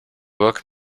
woke